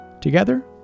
Together